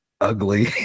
ugly